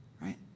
Right